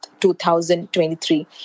2023